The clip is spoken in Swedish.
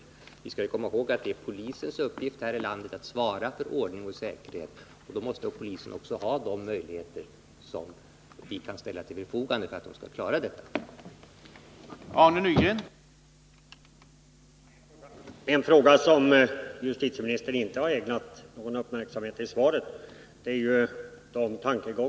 Vi skall komma ihåg att det är polisens uppgift här i landet att svara för ordning och säkerhet, och då måste polisen också ha de resurser vi kan ställa till förfogande för att den skall klara detta arbete.